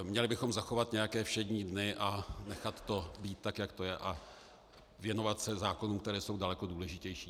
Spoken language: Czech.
Měli bychom zachovat nějaké všední dny a nechat to být tak, jak to je, a věnovat se zákonům, které jsou daleko důležitější.